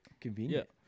convenient